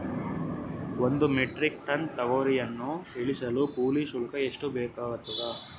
ಒಂದು metric ton ತೊಗರಿಯನ್ನು ಇಳಿಸಲು ಕೂಲಿ ಶುಲ್ಕ ಎಷ್ಟು ಬೇಕಾಗತದಾ?